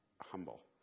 humble